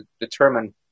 determine